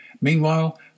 Meanwhile